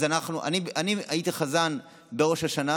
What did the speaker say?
אני הייתי חזן בראש השנה